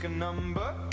ah number.